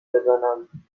بزنند